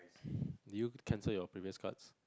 did you cancel your previous cards